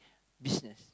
business